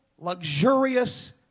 Luxurious